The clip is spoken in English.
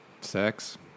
Sex